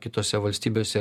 kitose valstybėse